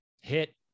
hit